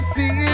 See